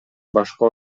башка